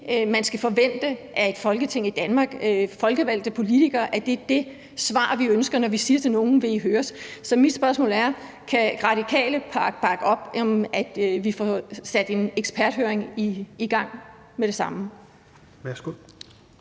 man skal forvente af et Folketing i Danmark, altså af folkevalgte politikere. Er det det, vi ønsker, når vi spørger nogen: Vil I høres? Så mit spørgsmål er: Kan Radikale bakke op om, at vi får sat en eksperthøring i gang med det samme?